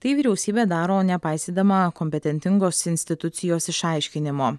tai vyriausybė daro nepaisydama kompetentingos institucijos išaiškinimo